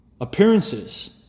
appearances